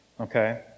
okay